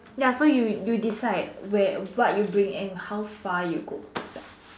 ya so you you decide where what you bring and how far you go like